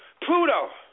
Pluto